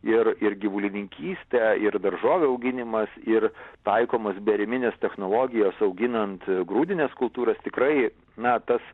ir ir gyvulininkystė ir daržovių auginimas ir taikomos bėriminės technologijos auginant grūdines kultūras tikrai na tas